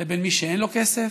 לבין מי שאין לו כסף,